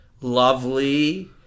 lovely